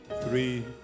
three